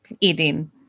eating